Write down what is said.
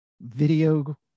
video